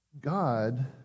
God